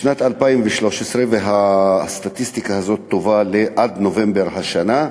בשנת 2013, והסטטיסטיקה הזו טובה עד נובמבר השנה,